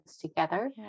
together